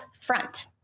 front